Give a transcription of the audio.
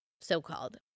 so-called